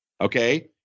Okay